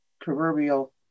proverbial